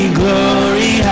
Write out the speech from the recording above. glory